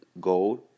gold